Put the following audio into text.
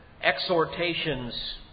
exhortations